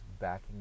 Backing